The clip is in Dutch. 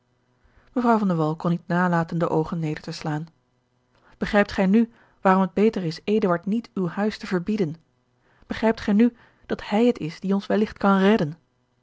wall kon niet nalaten de oogen neder te slaan begrijpt gij nu waarom het beter is eduard niet uw huis te verbieden begrijpt gij nu dat hij het is die ons welligt kan redden